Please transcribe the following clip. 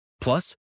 Plus